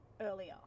earlier